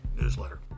newsletter